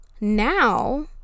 now